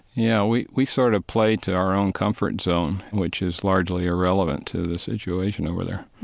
yeah, we we sort of play to our own comfort zone, which is largely irrelevant to the situation over there,